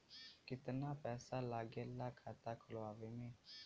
कितना पैसा लागेला खाता खोलवावे में?